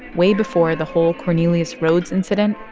way before the whole cornelius rhoads incident,